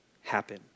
happen